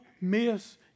miss